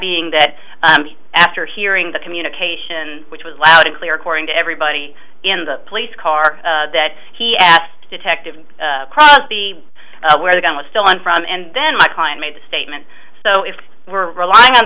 being that after hearing the communication which was loud and clear according to everybody in the police car that he at detective be where the gun was stolen from and then my client made the statement so if we're relying on